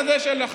זו אלימות.